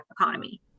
economy